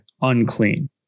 unclean